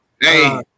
hey